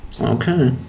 Okay